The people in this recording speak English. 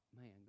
man